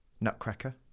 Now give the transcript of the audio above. Nutcracker